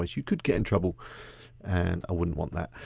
but you could get in trouble and i wouldn't want that.